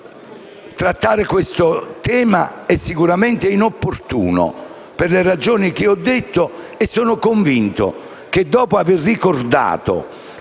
Trattare questo tema è sicuramente inopportuno per le ragioni che ho detto, e sono convinto che, dopo aver ricordato